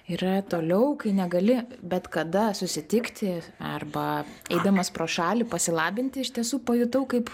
yra toliau kai negali bet kada susitikti arba eidamas pro šalį pasilabinti iš tiesų pajutau kaip